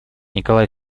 николай